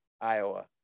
Iowa